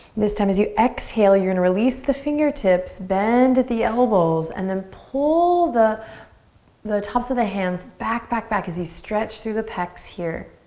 this time as you exhale, and release the fingertips, bend at the elbows and then pull the the tops of the hands back, back, back as you stretch through the pecs here.